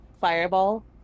Fireball